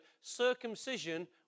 circumcision